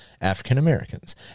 African-Americans